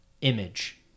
image